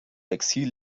exil